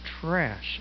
trash